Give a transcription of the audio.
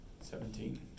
Seventeen